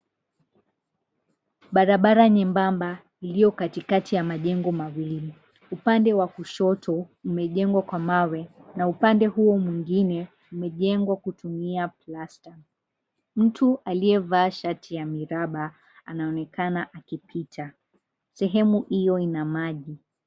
Barabara nyembamba, iliyokatitkai ya majengo mawili. Upande wa kushoto umejengwa kwa mawe, na upande huo mwingine umejengwa kutumia plasta. Mtu aliyevaa shati ya miraba anaonekana akipita. Sehemu hiyo ina maji.